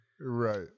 Right